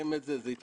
הולכים לבחירות,